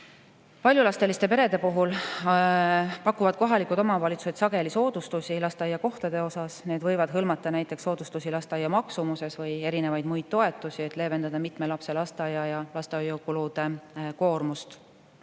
Paljulapseliste perede puhul pakuvad kohalikud omavalitsused sageli soodustusi lasteaiakohtade osas. Need võivad hõlmata näiteks soodustusi lasteaia[koha] maksumuses või erinevaid muid toetusi, et leevendada mitme lapse lasteaia‑ ja lastehoiukulude koormust.